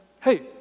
hey